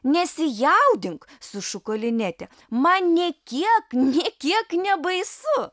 nesijaudink sušuko linetė man nė kiek nė kiek nebaisu